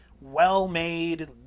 well-made